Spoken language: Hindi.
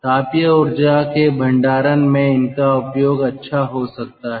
तापीय ऊर्जा के भंडारण में इनका उपयोग अच्छा हो सकता है